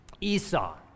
Esau